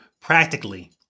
practically